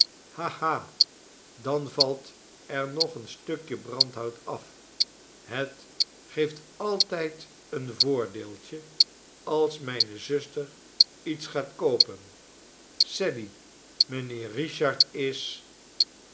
dan valt er nog een stukje brandhout af het geeft altijd een voordeeltje als mijne zuster iets gaat koopen sally mijnheer richard is